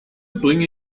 bringe